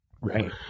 Right